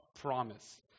promise